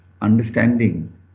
understanding